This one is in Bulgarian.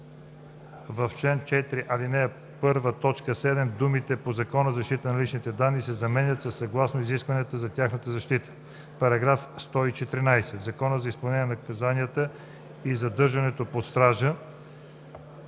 в чл. 4, ал. 1, т. 7 думите „по Закона за защита на личните данни“ се заменят със „съгласно изискванията за тяхната защита“. § 114. В Закона за изпълнение на наказанията и задържането под стража